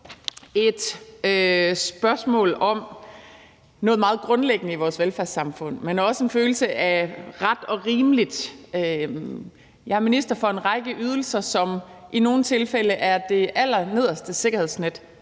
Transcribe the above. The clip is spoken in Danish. et spørgsmål om noget meget grundlæggende i vores velfærdssamfund, men også en følelse af ret og rimeligt. Jeg er minister for en række ydelser, som i nogle tilfælde er det allernederste sikkerhedsnet,